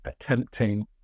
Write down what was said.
attempting